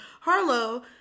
Harlow